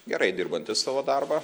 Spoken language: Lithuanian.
gerai dirbantis savo darbą